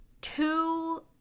two